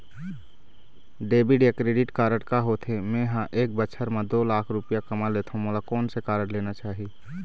Debit या credit card का होथे, मे ह एक बछर म दो लाख रुपया कमा लेथव मोला कोन से कारड लेना चाही?